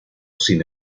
sin